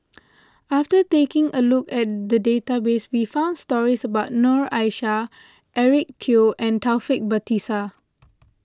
after taking a look at the database we found stories about Noor Aishah Eric Teo and Taufik Batisah